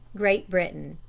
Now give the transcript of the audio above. great britain.